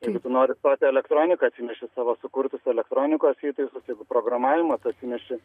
jeigu tu nori stoti į elektroniką atsineši savo sukurtus elektronikos įtaisus jeigu programavimas atsineši